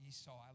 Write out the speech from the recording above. Esau